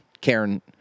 Karen